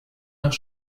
nach